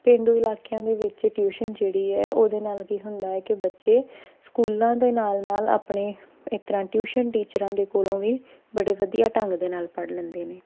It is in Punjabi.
ਪੇਂਡੂ ਇਲਾਕਿਆਂ ਦੇ ਵਿੱਚ ਟਿਊਸ਼ਨ ਜਿਹੜੀ ਹੈ ਉਹਦੇ ਨਾਲ ਕੀ ਹੁੰਦਾ ਹੈ ਕਿ ਬੱਚੇ ਸਕੂਲਾਂ ਦੇ ਨਾਲ ਨਾਲ ਆਪਣੇ ਇਸ ਤਰ੍ਹਾਂ ਟਿਊਸ਼ਨ ਟੀਚਰਾਂ ਦੇ ਕੋਲੋਂ ਵੀ ਬੜੇ ਵਧੀਆ ਢੰਗ ਦੇ ਨਾਲ ਪੜ੍ਹ ਲੈਂਦੇ ਨੇ